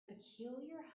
peculiar